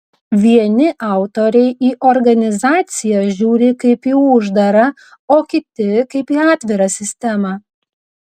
vieni autoriai į organizaciją žiūri kaip į uždarą o kiti kaip į atvirą sistemą